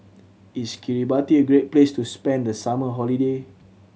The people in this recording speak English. is Kiribati a great place to spend the summer holiday